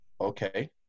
okay